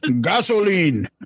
Gasoline